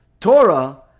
torah